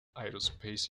aerospace